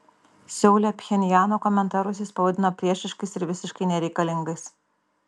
seule pchenjano komentarus jis pavadino priešiškais ir visiškai nereikalingais